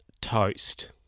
toast